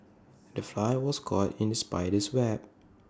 the fly was caught in the spider's web